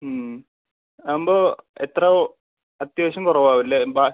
ആവുമ്പോൾ എത്ര അത്യാവശ്യം കുറവ് ആവും അല്ലേ